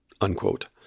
unquote